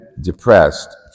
depressed